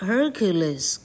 Hercules